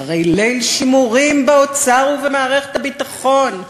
אחרי ליל שימורים באוצר ובמערכת הביטחון,